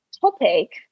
topic